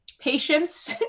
patience